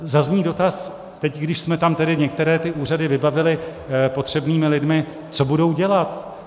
Zazní dotaz: Teď když jsme tam tedy některé úřady vybavili potřebnými lidmi, co budou dělat?